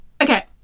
Okay